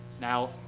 Now